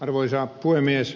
arvoisa puhemies